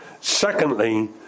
Secondly